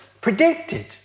predicted